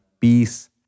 peace